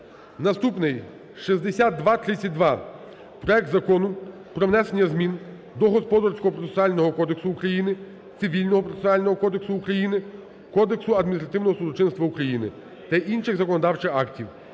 Наступний – 6232, проект Закону про внесення змін до Господарського процесуального кодексу України, Цивільного процесуального кодексу України, Кодексу адміністративного судочинства України та інших законодавчих актів.